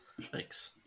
Thanks